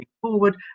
forward